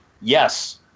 Yes